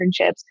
internships